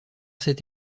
cette